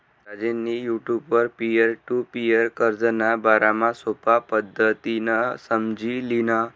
राजेंनी युटुबवर peer to peer कर्जना बारामा सोपा पद्धतीनं समझी ल्हिनं